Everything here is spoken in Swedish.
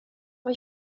vad